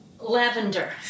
Lavender